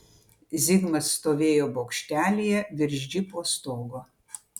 zigmas stovėjo bokštelyje virš džipo stogo